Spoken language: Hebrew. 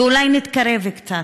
ואולי נתקרב קצת.